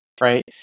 right